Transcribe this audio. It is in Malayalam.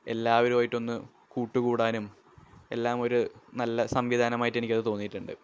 എലാവരുമായിട്ടൊന്ന് കൂട്ട് കൂടാനും എല്ലാം ഒരു നല്ല സംവിധാനമായിട്ടെനിക്കത് തോന്നിയിട്ടുണ്ട്